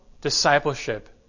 discipleship